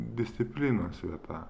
disciplinos vieta